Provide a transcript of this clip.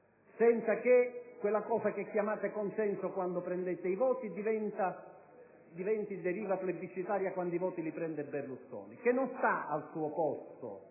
senza che quello che chiamate consenso quando prendete i voti, diventi deriva plebiscitaria quando i voti li prende Berlusconi, il quale non sta al suo posto